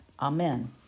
Amen